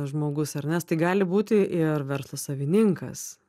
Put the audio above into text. žmogus ar ne stai gali būti ir verslo savininkas